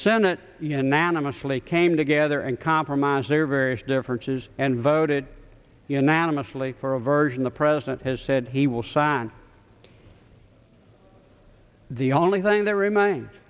senate unanimously came together and compromise their various differences and voted unanimously for a version the president has said he will sign the only thing that remains